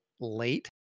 late